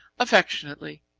affectionately,